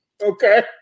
Okay